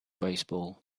baseball